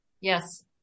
Yes